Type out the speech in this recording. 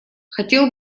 хотел